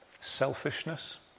Selfishness